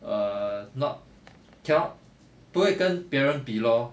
err not cannot 不可以跟别人比 lor